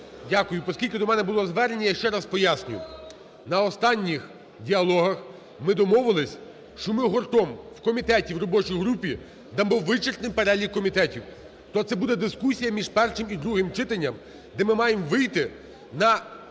Дякую. Поскільки до мене було звернення, я ще раз поясню. На останніх діалогах ми домовились, що ми гуртом в комітеті, в робочій групі, дамо вичерпний перелік комітетів. Що це буде дискусія між першим і другим читанням, де ми маємо вийти на